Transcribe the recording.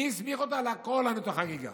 מי הסמיך אותה לעקור לנו את החגיגה?